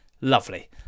Lovely